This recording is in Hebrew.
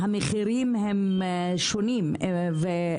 שם העלייה בתעריפים הייתה הכי